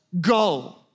go